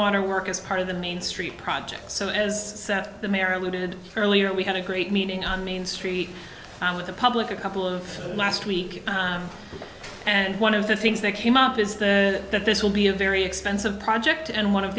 water work as part of the main street project so as the mayor alluded earlier we had a great meeting on main street with the public a couple of last week and one of the things they came up is that this will be a very expensive project and one of